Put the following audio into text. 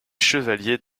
chevalier